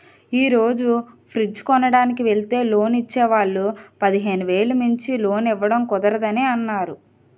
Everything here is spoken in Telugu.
ఈ రోజు ఫ్రిడ్జ్ కొనడానికి వెల్తే లోన్ ఇచ్చే వాళ్ళు పదిహేను వేలు మించి లోన్ ఇవ్వడం కుదరదని అన్నారు